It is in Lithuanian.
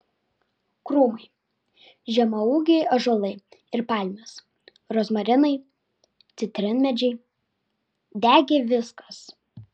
krūmai žemaūgiai ąžuolai ir palmės rozmarinai citrinmedžiai degė viskas